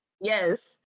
Yes